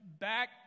back